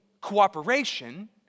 cooperation